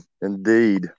indeed